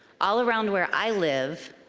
all around where i live,